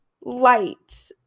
light